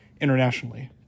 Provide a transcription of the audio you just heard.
internationally